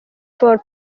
for